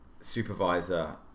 supervisor